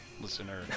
Listener